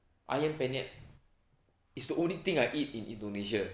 ayam penyet is the only thing I eat in indonesia